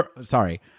Sorry